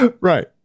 right